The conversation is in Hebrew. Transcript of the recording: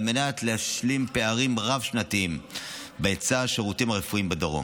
מנת להשלים פערים רב-שנתיים בהיצע השירותים הרפואיים בדרום.